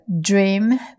dream